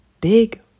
big